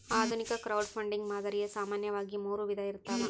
ಆಧುನಿಕ ಕ್ರೌಡ್ಫಂಡಿಂಗ್ ಮಾದರಿಯು ಸಾಮಾನ್ಯವಾಗಿ ಮೂರು ವಿಧ ಇರ್ತವ